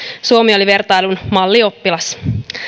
suomi oli vertailun mallioppilas